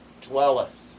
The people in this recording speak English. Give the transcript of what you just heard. dwelleth